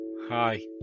Hi